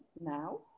now